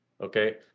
okay